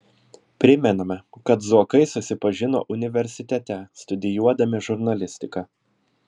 primename kad zuokai susipažino universitete studijuodami žurnalistiką